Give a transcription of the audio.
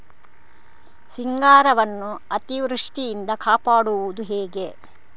ಸಿಂಗಾರವನ್ನು ಅತೀವೃಷ್ಟಿಯಿಂದ ಕಾಪಾಡುವುದು ಹೇಗೆ?